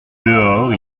dehors